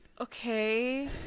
okay